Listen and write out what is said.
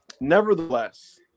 nevertheless